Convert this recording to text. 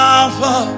Alpha